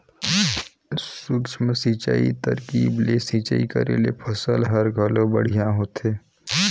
सूक्ष्म सिंचई तरकीब ले सिंचई करे ले फसल हर घलो बड़िहा होथे